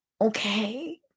okay